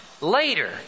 later